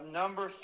number